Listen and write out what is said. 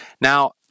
Now